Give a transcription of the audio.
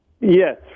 Yes